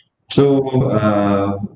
so uh